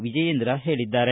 ವಿಜಯೇಂದ್ರ ಹೇಳಿದ್ದಾರೆ